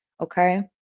Okay